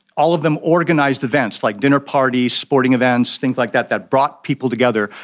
all of them organised events like dinner parties, sporting events, things like that that brought people together,